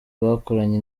bakoranye